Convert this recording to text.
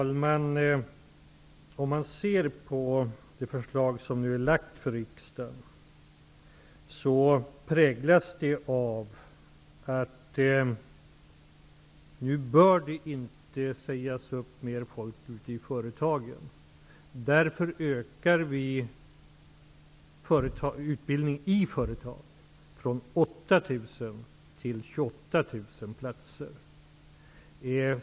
Herr talman! Det förslag som nu lagts fram för riksdagen har en viss prägel, nämligen att fler inte bör sägas upp i företagen. Därför ökar vi utbildningen i företagen. Det blir nämligen en ökning från 8 000 till 28 000 platser.